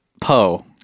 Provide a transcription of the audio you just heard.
Poe